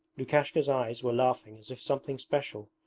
lukashka's eyes were laughing as if something special,